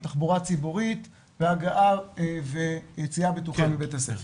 תחבורה ציבורית והגעה ויציאה בטוחה מבית הספר.